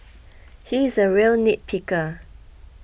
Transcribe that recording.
he is a real nitpicker